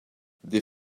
des